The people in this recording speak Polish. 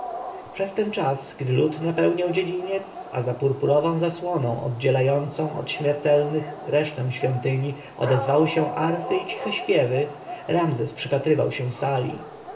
przez ten czas gdy lud napełniał dziedziniec a za purpurową zasłoną oddzielającą od śmiertelnych resztę świątyni odezwały się arfy i ciche śpiewy ramzes przypatrywał się sali